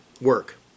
work